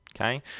okay